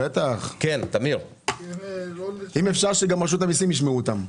אם אפשר שגם רשות המיסים ישמעו אותם.